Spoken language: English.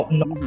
no